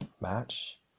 match